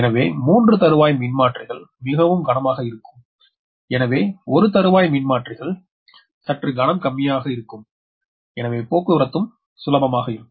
எனவே 3 தருவாய் மின்மாற்றிகள் மிகவும் கனமாக இருக்கும் எனவே 1 தருவாய் மின்மாற்றிகள் சற்று கணம் கம்மியாக இருக்கும் எனவே போக்குவரத்து சுலபமாக இருக்கும்